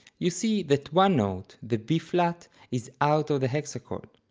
you see that one note, the b-flat, is out of the hexachord.